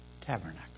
tabernacle